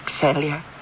failure